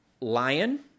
Lion